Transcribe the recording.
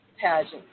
pageant